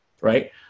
right